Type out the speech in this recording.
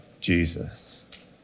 Jesus